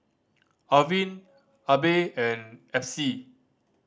Arvin Abe and Epsie